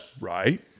Right